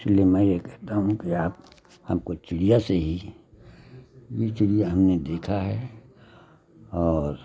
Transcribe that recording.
इसलिए मैं कहता हूँ कि आप आपको चिड़ियाँ से ही यह चिड़ियाँ हमने देखा है और